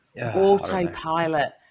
autopilot